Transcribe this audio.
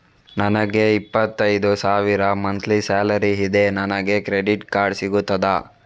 ನನಗೆ ಇಪ್ಪತ್ತೈದು ಸಾವಿರ ಮಂತ್ಲಿ ಸಾಲರಿ ಇದೆ, ನನಗೆ ಕ್ರೆಡಿಟ್ ಕಾರ್ಡ್ ಸಿಗುತ್ತದಾ?